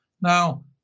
Now